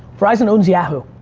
verizon owns yahoo!